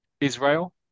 Israel